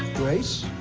grace?